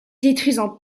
détruisant